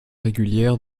régulière